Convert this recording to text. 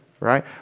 right